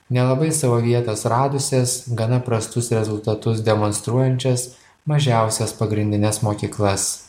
nelabai savo vietas radusias gana prastus rezultatus demonstruojančias mažiausias pagrindines mokyklas